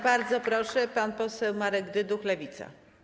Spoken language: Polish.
Bardzo proszę, pan poseł Marek Dyduch, Lewica.